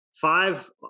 Five